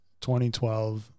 2012